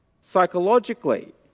psychologically